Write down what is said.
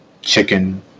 chicken